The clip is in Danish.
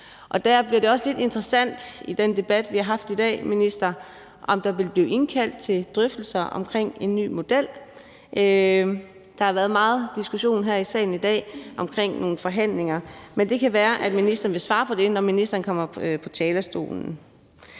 i dag, minister, også lidt interessant at se, om der vil blive indkaldt til drøftelser om en ny model. Der har været meget diskussion her i salen i dag omkring nogle forhandlinger, men det kan være, at ministeren vil svare på det, når ministeren kommer på talerstolen.